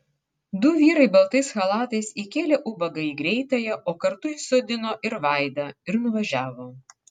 du vyrai baltais chalatais įkėlė ubagą į greitąją o kartu įsodino ir vaidą ir nuvažiavo